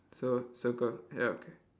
so circle ya okay